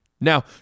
Now